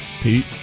Pete